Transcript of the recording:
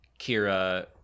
Kira